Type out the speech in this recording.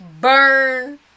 burn